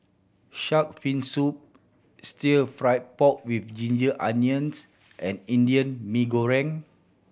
shark fin soup Stir Fry pork with ginger onions and Indian Mee Goreng